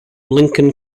lincoln